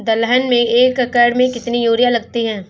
दलहन में एक एकण में कितनी यूरिया लगती है?